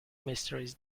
mysteries